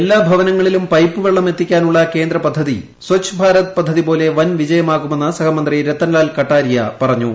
എല്ലാ ഭവനങ്ങളിലും പൈപ്പ് വെള്ളം എത്തിക്കാനുള്ള കേന്ദ്ര പദ്ധതി സ്വച്ഛ്ഭാരത് പദ്ധതി പോലെ വൻ വിജയമാകുമെന്ന് സഹമന്ത്രി രത്തൻലാൽ കട്ടാരിയ പറഞ്ഞു